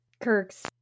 Kirk's